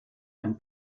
ein